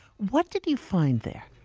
what did you find there?